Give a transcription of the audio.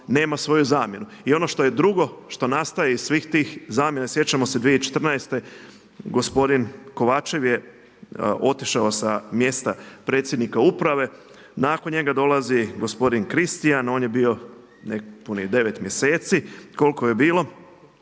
I ono što je drugo, što nastaje iz svih tih zamjena, sjećamo se 2014. gospodin Kovačev je otišao sa mjesta predsjednika Uprave. Nakon njega dolazi gospodin Kristijan. On je bio nepunih 9 mjeseci, koliko je bilo.